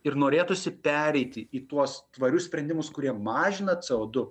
ir norėtųsi pereiti į tuos tvarius sprendimus kurie mažina c o du